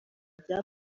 rya